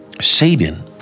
Satan